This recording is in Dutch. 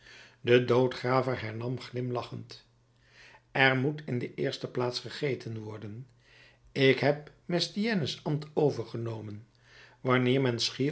de doodgraver hernam glimlachend er moet in de eerste plaats gegeten worden ik heb mestiennes ambt overgenomen wanneer men